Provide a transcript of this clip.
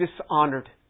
dishonored